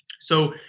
so,